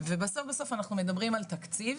ובסוף בסוף אנחנו מדברים על תקציב,